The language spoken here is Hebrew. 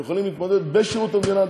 הם יכולים להתמודד בשירות המדינה על